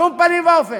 בשום פנים ואופן.